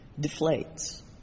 deflates